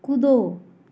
कूदो